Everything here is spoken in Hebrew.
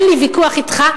אין לי ויכוח אתך,